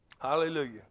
Hallelujah